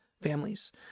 families